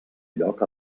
lloc